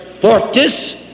fortis